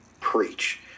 preach